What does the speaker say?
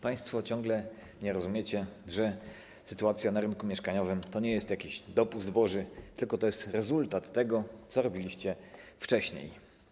Państwo ciągle nie rozumiecie, że sytuacja na rynku mieszkaniowym to nie jest jakiś dopust boży, tylko rezultat tego, co robiliście wcześniej.